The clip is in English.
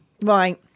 Right